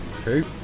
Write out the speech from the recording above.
True